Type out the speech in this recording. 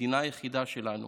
המדינה היחידה שלנו.